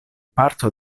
parto